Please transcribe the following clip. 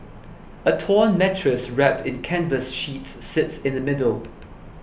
a torn mattress wrapped in canvas sheets sits in the middle